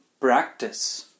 practice